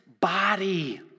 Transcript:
body